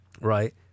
Right